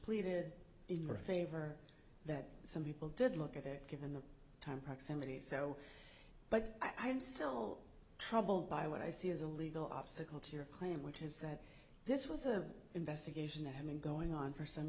pleaded in her favor that some people did look at it given the time proximity so but i'm still troubled by what i see as a legal obstacle to your claim which is that this was a investigation ahead and going on for some